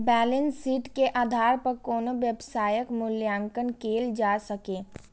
balance sheet के आधार पर कोनो व्यवसायक मूल्यांकन कैल जा सकैए